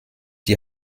die